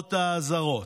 למרות האזהרות.